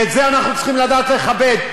ואת זה אנחנו צריכים לדעת לכבד,